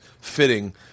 Fitting